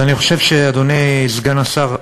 אז אני חושב, אדוני סגן השר,